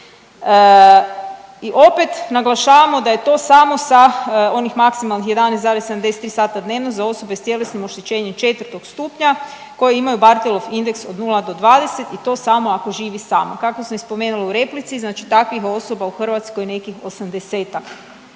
I opet naglašavamo da je to samo sa onih maksimalnih 11,73 sata dnevno za osobe s tjelesnim oštećenjem 4. stupnja koji imaju Barthelov indeks od 0-20 i to samo ako živi sam, a kako sam spomenula u replici, znači takvih osoba u Hrvatskoj nekih 80-ak.